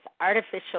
artificial